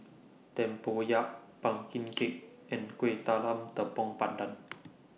Tempoyak Pumpkin Cake and Kueh Talam Tepong Pandan